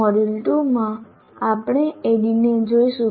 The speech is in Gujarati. મોડ્યુલ2 માં આપણે ADDIE ને જોઈશું